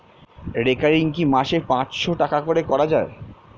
Recurring কি মাসে পাঁচশ টাকা করে করা যায়?